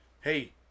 Hey